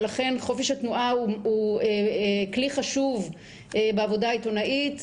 ולכן חופש התנועה הוא כלי חשוב בעבודה העיתונאית.